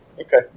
Okay